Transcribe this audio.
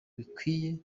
bikwiye